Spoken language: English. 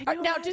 Now